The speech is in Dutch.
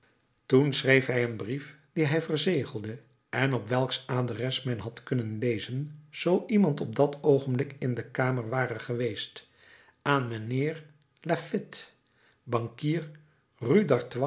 toen schreef hij een brief dien hij verzegelde en op welks adres men had kunnen lezen zoo iemand op dat oogenblik in de kamer ware geweest aan mijnheer laffitte bankier